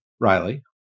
Riley